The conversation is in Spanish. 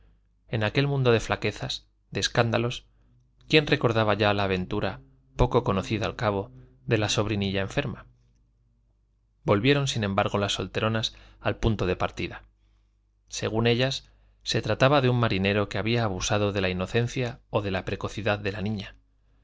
en aquel mundo de flaquezas de escándalos quién recordaba ya la aventura poco conocida al cabo de la sobrinilla enferma volvieron sin embargo las solteronas al punto de partida según ellas se trataba de un marinero que había abusado de la inocencia o de la precocidad de la niña